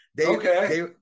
Okay